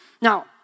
Now